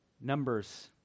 numbers